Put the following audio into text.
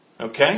Okay